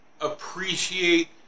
appreciate